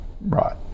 Right